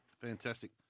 fantastic